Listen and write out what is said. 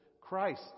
Christ